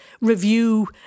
review